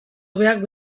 hobeak